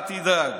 אל תדאג.